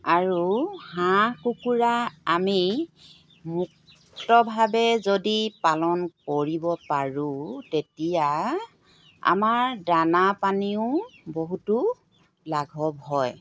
আৰু হাঁহ কুকুৰা আমি মুক্তভাৱে যদি পালন কৰিব পাৰোঁ তেতিয়া আমাৰ দানা পানীও বহুতো লাঘৱ হয়